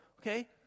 okay